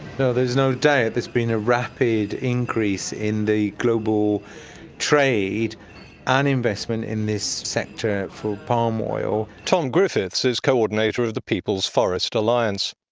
there's no doubt there's been a rapid increase in the global trade and investment in this sector for palm oil. tom griffiths is coordinator of the peoples forest alliance.